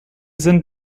sind